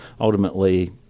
ultimately